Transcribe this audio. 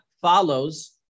follows